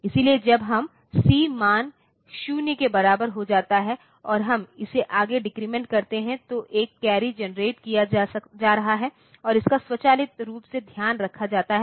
इसलिए जब यह C मान 0 के बराबर हो जाता है और हम इसे आगे डिक्रीमेन्ट करते हैं तो एक कैरी जनरेट किया जा रहा है और इसका स्वचालित रूप से ध्यान रखा जाता है